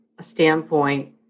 standpoint